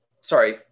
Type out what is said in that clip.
Sorry